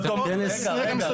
רגע,